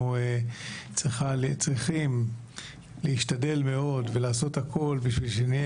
אנחנו צריכים להשתדל מאוד ולעשות הכול בשביל שנהיה